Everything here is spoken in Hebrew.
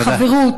החברות,